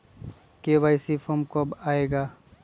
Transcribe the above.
KYC form कब आए गा?